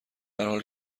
هرحال